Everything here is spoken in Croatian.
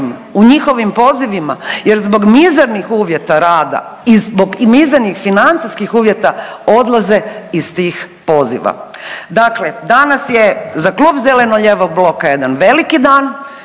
u njihovim pozivima jer zbog mizernih uvjeta rada i zbog mizernih financijskih uvjeta odlaze iz tih poziva. Dakle, danas je za Klub zeleno-lijevog bloka jedan veliki dan.